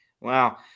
Wow